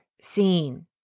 seen